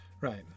Right